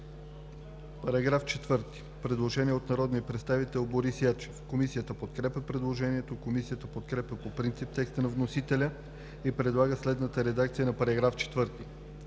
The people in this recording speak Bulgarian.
По § 3 – предложение от народния представител Борис Ячев. Комисията подкрепя предложението. Комисията подкрепя по принцип текста на вносителя и предлага следната редакция на § 3: „§ 3.